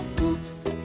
Oops